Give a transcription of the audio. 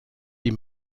die